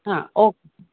ಹಾಂ ಓಕ್